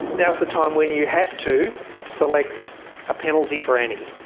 now is the time when you have to select a penalty for annie.